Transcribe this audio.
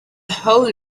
hole